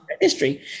history